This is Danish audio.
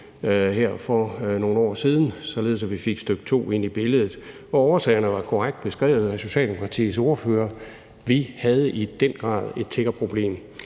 her for nogle år siden, således at vi fik stk. 2 ind i billedet, og årsagerne var korrekt beskrevet af Socialdemokratiets ordfører: Vi havde i den grad et tiggerproblem.